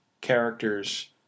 characters